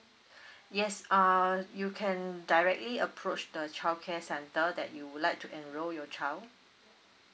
yes err you can directly approach the childcare centre that you would like to enroll your child